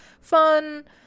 fun